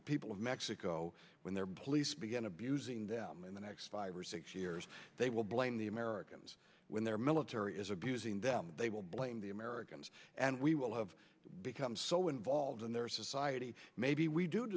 the people of mexico when their police begin abusing them in the next five or six years they will blame the americans when their military is abusing them they will blame the americans and we will have become so involved in their society maybe we do